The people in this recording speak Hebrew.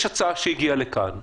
יש הצעה שהגיעה לכאן,